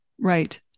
Right